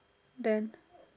then